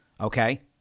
Okay